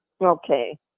Okay